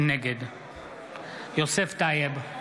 נגד יוסף טייב,